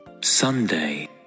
Sunday